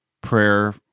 prayer